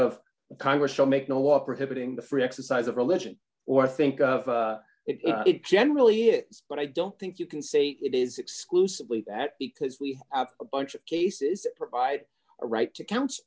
of congress shall make no law prohibiting the free exercise of religion or i think of it it generally is but i don't think you can say it is exclusively that because we have a bunch of cases provide a right to coun